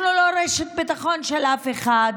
אנחנו לא רשת ביטחון של אף אחד.